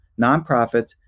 nonprofits